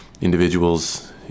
individuals